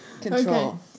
Control